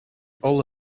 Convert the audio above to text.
all